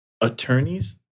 attorneys